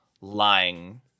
lying